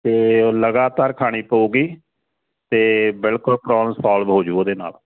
ਅਤੇ ਉਹ ਲਗਾਤਾਰ ਖਾਣੀ ਪਊਗੀ ਅਤੇ ਬਿਲਕੁਲ ਪ੍ਰੋਬਲਮ ਸੋਲਵ ਹੋਜੂ ਉਹਦੇ ਨਾਲ